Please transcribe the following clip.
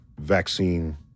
vaccine